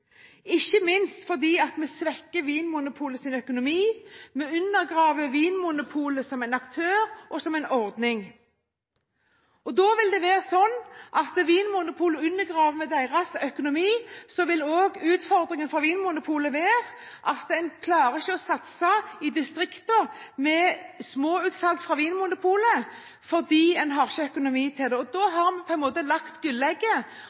ikke minst fordi vi svekker Vinmonopolets økonomi. Vi undergraver Vinmonopolet som en aktør og som en ordning. Da vil det være sånn at utfordringen for Vinmonopolet, med sin økonomi, vil være at man ikke klarer å satse med små utsalg fra Vinmonopolet i distriktene fordi man ikke har økonomi til det. Da har man på en måte lagt gullegget,